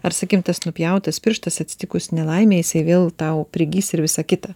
ar sakykim tas nupjautas pirštas atsitikus nelaimei jisai vėl tau prigis ir visa kita